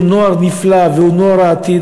שהוא נוער נפלא והוא נוער העתיד,